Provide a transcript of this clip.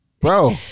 Bro